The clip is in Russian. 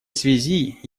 связи